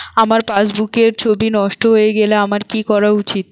আমার পাসবুকের ছবি নষ্ট হয়ে গেলে আমার কী করা উচিৎ?